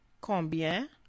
Combien